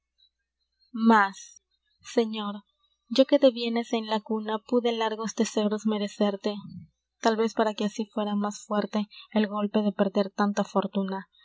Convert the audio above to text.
más señor yo que de bienes en la cuna pude largos tesoros merecerte tal vez para que así fuera más fuerte el golpe de perder tanta fortuna